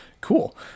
Cool